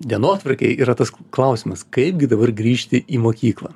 dienotvarkėj yra tas klausimas kaipgi dabar grįžti į mokyklą